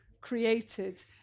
created